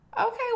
Okay